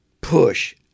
push